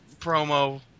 promo